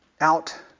out